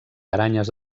aranyes